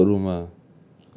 went inside atuk room ah